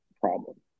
problem